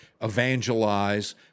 evangelize